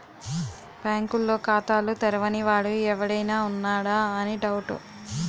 బాంకుల్లో ఖాతాలు తెరవని వాడు ఎవడైనా ఉన్నాడా అని డౌటు